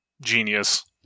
Genius